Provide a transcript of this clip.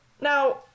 Now